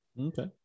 okay